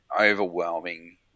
overwhelming